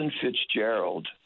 Fitzgerald